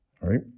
right